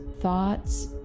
thoughts